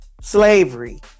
slavery